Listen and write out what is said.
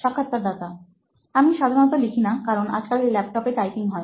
সাক্ষাৎকারদাতাআমি সাধারণত লিখিনা কারণ আজকাল ল্যাপটপ এ টাইপিং হয়